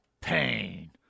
Pain